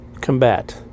combat